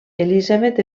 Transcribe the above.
elisabet